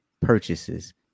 purchases